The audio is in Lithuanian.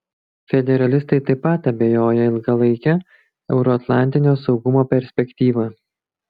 federalistai taip pat abejoja ilgalaike euroatlantinio saugumo perspektyva